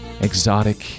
Exotic